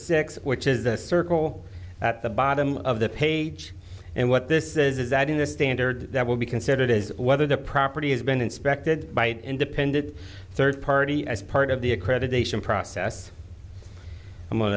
six which is the circle at the bottom of the page and what this says is that in this standard that will be considered as whether the property has been inspected by an independent third party as part of the accreditation process i'm going